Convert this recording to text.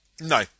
No